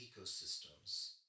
ecosystems